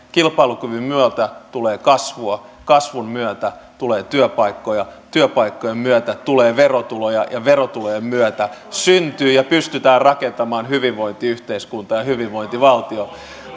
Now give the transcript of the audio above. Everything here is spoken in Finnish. kilpailukyvyn myötä tulee kasvua kasvun myötä tulee työpaikkoja työpaikkojen myötä tulee verotuloja ja verotulojen myötä syntyy ja pystytään rakentamaan hyvinvointiyhteiskuntaa ja hyvinvointivaltiota